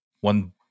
one